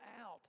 out